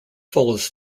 follows